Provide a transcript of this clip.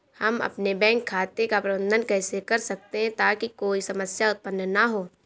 हम अपने बैंक खाते का प्रबंधन कैसे कर सकते हैं ताकि कोई समस्या उत्पन्न न हो?